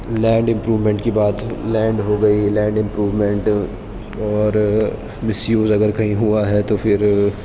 land improvement کی بات land ہو گئی لینڈ امپروومنٹ اور مس یوز اگر کہیں ہوا ہے تو پھر